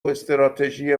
استراتژی